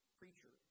preacher